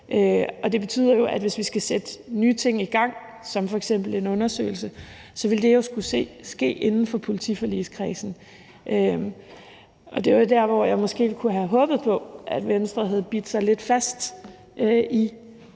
Det betyder jo, at hvis vi skal sætte nye ting i gang som f.eks. en undersøgelse, ville det skulle ske inden for politiforligskredsen. Det var der, hvor jeg måske kunne have håbet på at Venstre havde bidt sig lidt fast ved